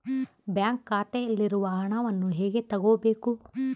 Bank ಖಾತೆಯಲ್ಲಿರುವ ಹಣವನ್ನು ಹೇಗೆ ತಗೋಬೇಕು?